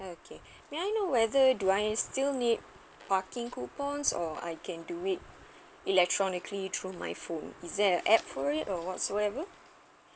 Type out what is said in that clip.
okay may I know whether do I still need parking coupon or I can do it electronically through my phone is there a apps for it or whatsoever